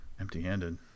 empty-handed